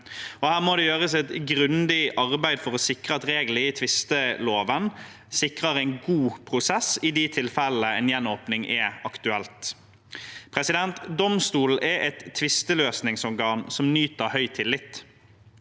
Her må det gjøres et grundig arbeid for å sikre at reglene i tvisteloven sikrer en god prosess i de tilfellene en gjenåpning er aktuelt. Domstolen er et tvisteløsningsorgan som nyter høy tillit.